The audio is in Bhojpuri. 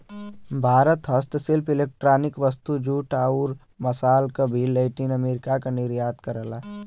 भारत हस्तशिल्प इलेक्ट्रॉनिक वस्तु, जूट, आउर मसाल क भी लैटिन अमेरिका क निर्यात करला